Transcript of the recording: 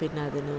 പിന്നെ അതിനു